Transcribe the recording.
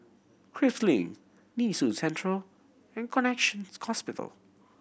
Prinsep Link Nee Soon Central and Connexion Hospital